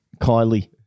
Kylie